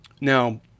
Now